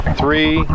three